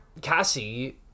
Cassie